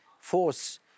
force